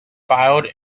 filed